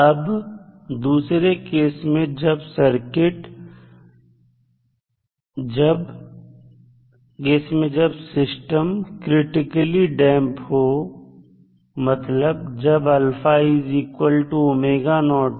अब दूसरे केस में जब सिस्टम क्रिटिकली डैंप हो मतलब जब हो